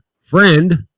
friend